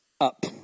up